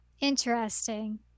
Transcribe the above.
interesting